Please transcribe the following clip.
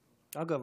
אגב,